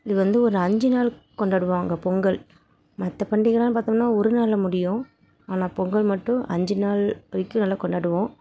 இது வந்து ஒரு அஞ்சு நாள் கொண்டாடுவாங்க பொங்கல் மற்ற பண்டிகைலாம்னு பார்த்தோம்னா ஒரு நாளில் முடியும் ஆனால் பொங்கல் மட்டும் அஞ்சு நாள் வரைக்கும் நல்லா கொண்டாடுவோம்